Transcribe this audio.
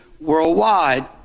worldwide